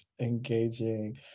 engaging